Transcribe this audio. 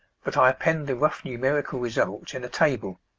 but i append the rough numerical results in a table.